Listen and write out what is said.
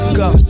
go